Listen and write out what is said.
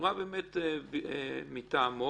שדיברה מטעמו